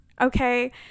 okay